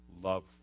love